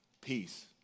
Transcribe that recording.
peace